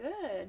good